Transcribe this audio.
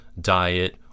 diet